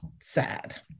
sad